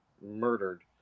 murdered